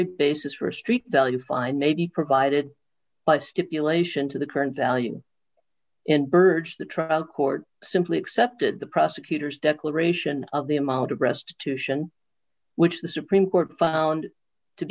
y basis for a street value fine may be provided by stipulation to the current value and berge the trial court simply accepted the prosecutor's declaration of the amount of restitution which the supreme court found to